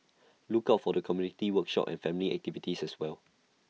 look out for community workshops and family activities as well